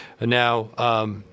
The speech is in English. Now